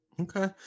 Okay